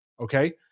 Okay